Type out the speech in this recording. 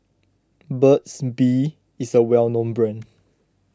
Burt's Bee is a well known brand